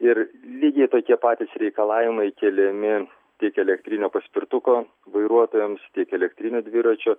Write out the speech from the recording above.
ir lygiai tokie patys reikalavimai keliami tiek elektrinio paspirtuko vairuotojams tiek elektrinio dviračio